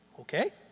okay